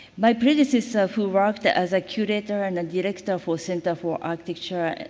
my predecessor who worked as a curator and a director for center for architecture,